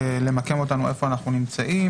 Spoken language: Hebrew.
למקם אותנו איפה אנחנו נמצאים.